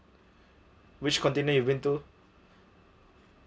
which continent you going to